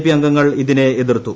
P അംഗങ്ങൾ ഇതിനെ എതിർത്തു